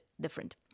different